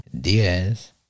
Diaz